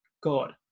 god